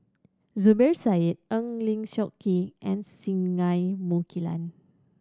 Zubir Said Eng Lee Seok Chee and Singai Mukilan